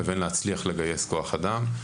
לבין הצלחה לגייס כוח אדם.